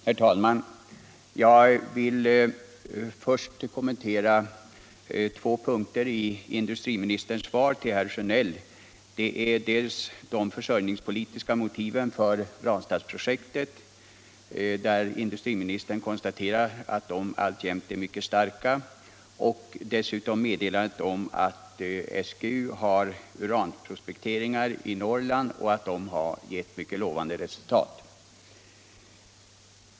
Herr talman! Jag vill kommentera två punkter i industriministerns svar till herr Sjönell, dels de försörjningspolitiska motiven för Ranstads 65 projektet, som industriministern konstaterar alltjämt är mycket starka, dels meddelandet att SGU arbetar med uranprospektering i Norrland och att det arbetet har gett mycket lovande resultat.